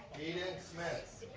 smith.